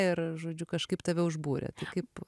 ir žodžiu kažkaip tave užbūrė kaip